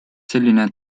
selline